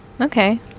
okay